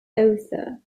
author